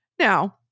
Now